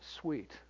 sweet